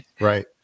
Right